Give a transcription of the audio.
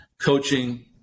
coaching